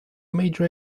major